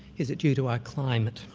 is it due to our climate?